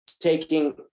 taking